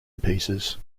pieces